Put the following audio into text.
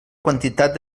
quantitat